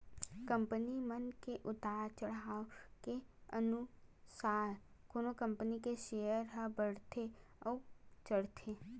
company मन के उतार चड़हाव के अनुसार कोनो कंपनी के सेयर ह बड़थे अउ चढ़थे